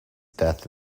death